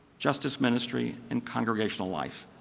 justice ministry, and congregational life,